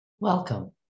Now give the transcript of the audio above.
Welcome